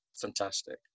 fantastic